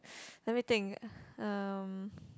let me think uh